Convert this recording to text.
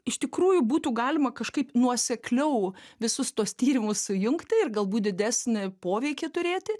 iš tikrųjų būtų galima kažkaip nuosekliau visus tuos tyrimus sujungti ir galbūt didesnį poveikį turėti